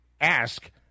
ask